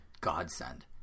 godsend